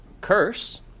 curse